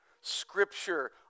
Scripture